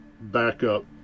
backup